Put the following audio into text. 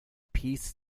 peace